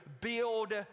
build